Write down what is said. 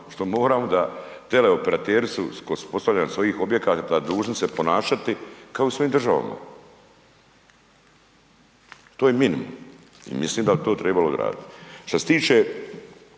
što moramo da, teleoperateri su kod postavljanja svojih objekata dužni se ponašati kao u svojim državama, to je minimum, i mislim da bi to tribalo odradit. Što se tiče